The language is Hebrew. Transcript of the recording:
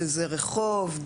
שזה רחוב,